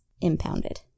impounded